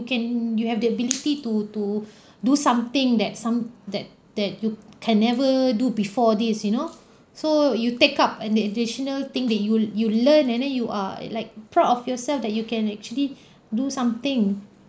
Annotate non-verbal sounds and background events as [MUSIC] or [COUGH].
you can you have the ability to to [BREATH] do something that some that that you can never do before this you know [BREATH] so you take up an additional thing that you you learn and then you are like proud of yourself that you can actually [BREATH] do something